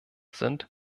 sind